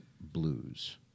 blues